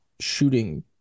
Shooting